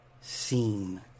scene